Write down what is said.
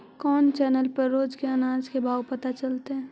कोन चैनल पर रोज के अनाज के भाव पता चलतै?